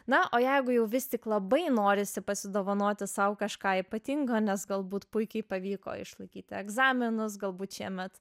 na o jeigu jau vis tik labai norisi pasidovanoti sau kažką ypatingo nes galbūt puikiai pavyko išlaikyti egzaminus galbūt šiemet